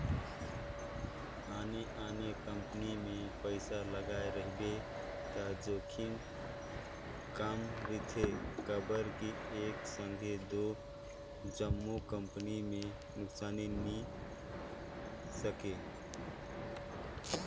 आने आने कंपनी मे पइसा लगाए रहिबे त जोखिम कम रिथे काबर कि एक संघे दो जम्मो कंपनी में नुकसानी नी सके